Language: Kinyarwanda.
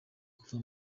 kuva